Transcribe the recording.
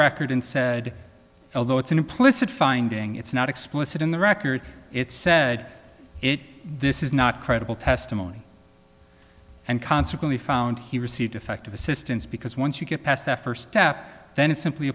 record and said although it's an implicit finding it's not explicit in the record it's said it this is not credible testimony and consequently found he received effective assistance because once you get past the first step then it's simply